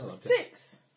Six